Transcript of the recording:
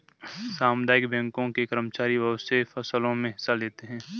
सामुदायिक बैंकों के कर्मचारी बहुत से फैंसलों मे हिस्सा लेते हैं